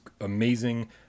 amazing